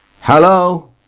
Hello